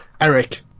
Eric